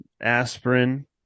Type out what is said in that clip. aspirin